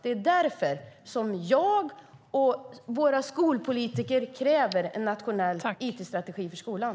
Det är därför som jag och våra skolpolitiker kräver en nationell it-strategi för skolan.